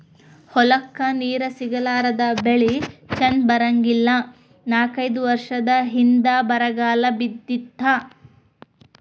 ಹೊಲಕ್ಕ ನೇರ ಸಿಗಲಾರದ ಬೆಳಿ ಚಂದ ಬರಂಗಿಲ್ಲಾ ನಾಕೈದ ವರಸದ ಹಿಂದ ಬರಗಾಲ ಬಿದ್ದಿತ್ತ